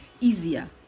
easier